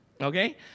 Okay